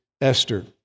Esther